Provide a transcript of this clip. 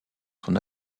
son